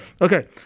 Okay